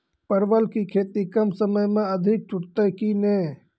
परवल की खेती कम समय मे अधिक टूटते की ने?